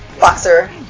boxer